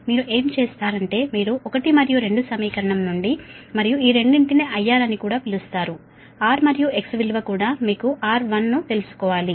మీరు ఏమి చేస్తారు అంటే మీరు 1 మరియు 2 సమీకరణం నుండి మరియు ఈ రెండింటిని IR అని కూడా పిలుస్తారు R మరియు X విలువ కూడా మీకు R1 ను తెలుసుకోవాలి